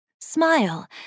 Smile